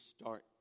start